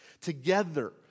Together